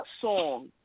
song